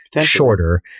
shorter